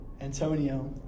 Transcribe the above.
Antonio